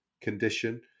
condition